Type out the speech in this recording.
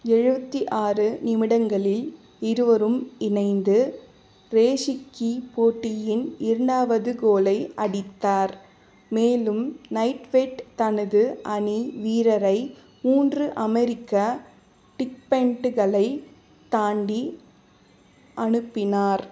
எழுபத்தி ஆறு நிமிடங்களில் இருவரும் இணைந்து ரேசிக்கி போட்டியின் இரண்டாவது கோலை அடித்தார் மேலும் நைட்வெட் தனது அணி வீரரை மூன்று அமெரிக்க டிஃப்பெண்டுகளைத் தாண்டி அனுப்பினார்